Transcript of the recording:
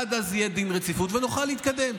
עד אז יהיה דין רציפות ונוכל להתקדם.